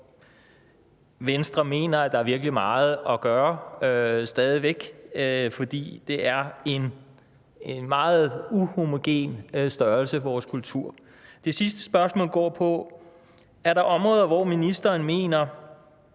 Venstre mener at der stadig væk er meget at gøre. For vores kulturområde er en meget uhomogen størrelse. Det sidste spørgsmål går på: Er der områder, hvor ministeren mener